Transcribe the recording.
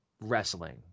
wrestling